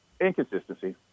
Inconsistency